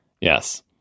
Yes